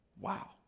wow